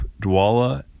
Dwala